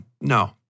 no